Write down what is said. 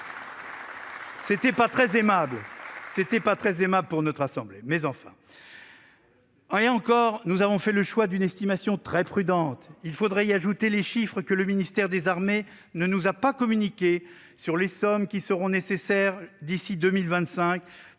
Ce n'était pas très aimable pour notre assemblée, mais passons ... Pourtant, nous avions fait le choix de retenir une estimation très prudente. Il faudrait y ajouter les chiffres que le ministère des armées ne nous a pas communiqués sur les sommes nécessaires, d'ici à 2025,